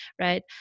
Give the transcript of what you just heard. right